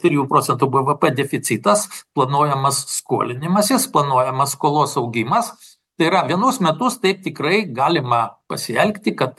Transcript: trijų procentų bvp deficitas planuojamas skolinimasis planuojamas skolos augimas tai yra vienus metus taip tikrai galima pasielgti kad